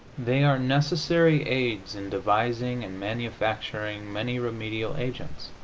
they are necessary aids in devising and manufacturing many remedial agents,